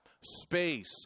space